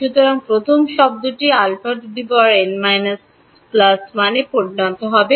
সুতরাং প্রথম শব্দটি αn 1 এ পরিণত হবে